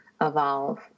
evolve